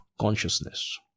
consciousness